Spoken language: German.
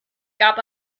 gab